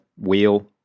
wheel